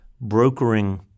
brokering